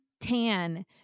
tan